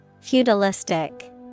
Feudalistic